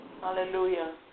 Hallelujah